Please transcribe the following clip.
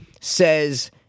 says